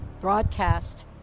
broadcast